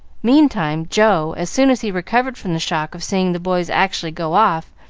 meantime, joe, as soon as he recovered from the shock of seeing the boys actually go off,